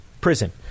prison